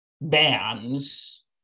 bands